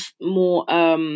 more